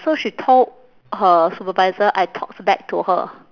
so she told her supervisor I talked back to her